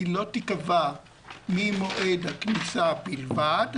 הוא לא ייקבע ממועד הכניסה בלבד,